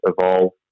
evolve